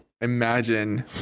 imagine